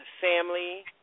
family